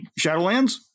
Shadowlands